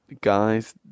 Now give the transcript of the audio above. guys